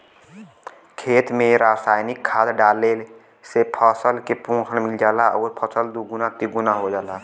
खेत में रासायनिक खाद डालले से फसल के पोषण मिल जाला आउर फसल दुगुना तिगुना हो जाला